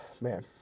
man